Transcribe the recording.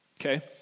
okay